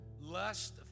lust